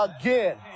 again